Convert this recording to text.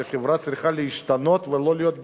שחברה צריכה להשתנות ולא להיות גזענית,